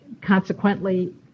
consequently